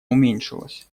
уменьшилось